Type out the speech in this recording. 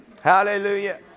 Hallelujah